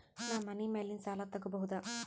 ನಾ ಮನಿ ಮ್ಯಾಲಿನ ಸಾಲ ತಗೋಬಹುದಾ?